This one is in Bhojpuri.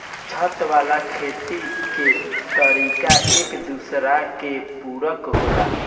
छत वाला खेती के तरीका एक दूसरा के पूरक होला